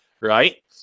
right